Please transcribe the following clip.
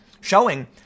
showing